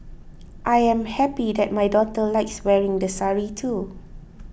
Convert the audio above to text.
I am happy that my daughter likes wearing the sari too